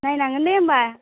नायनांगोनदे होमब्ला